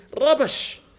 Rubbish